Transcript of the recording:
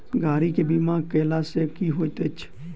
गाड़ी केँ बीमा कैला सँ की होइत अछि?